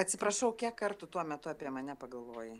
atsiprašau kiek kartų tuo metu apie mane pagalvojai